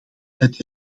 het